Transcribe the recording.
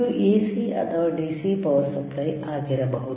ಇದು AC ಅಥವಾ DC power supply ಆಗಿರಬಹುದು